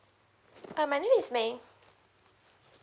hi my name is may